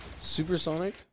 Supersonic